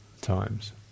times